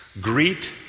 Greet